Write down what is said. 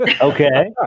okay